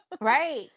right